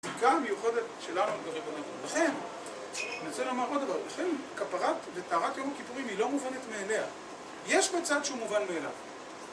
זיקה מיוחדת שלנו, ולכן, אני רוצה לומר עוד אבל, לכן כפרת וטהרת יום הכיפורים היא לא מובנת מאליה, יש בה צד שהוא מובן מאליו.